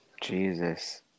Jesus